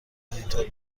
اینطور